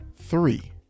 Three